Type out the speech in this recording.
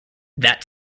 that